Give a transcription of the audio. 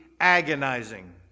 agonizing